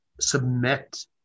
submit